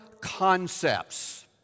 concepts